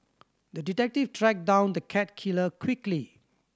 the detective tracked down the cat killer quickly